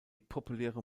populäre